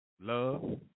love